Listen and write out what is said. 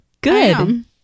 Good